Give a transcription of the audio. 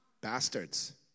Bastards